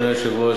אדוני היושב-ראש,